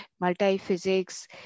multi-physics